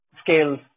scales